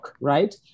right